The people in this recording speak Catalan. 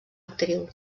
actriu